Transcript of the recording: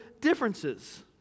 differences